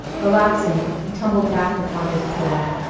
relaxing, he tumbled back upon his pillow.